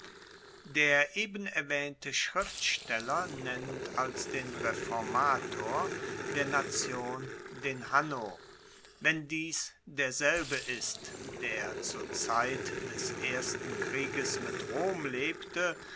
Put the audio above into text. der eben erwaehnte schriftsteller nennt als den reformator der nation den hanno wenn dies derselbe ist der zur zeit des ersten krieges mit rom lebte